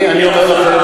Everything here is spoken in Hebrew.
אדוני השר,